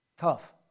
Tough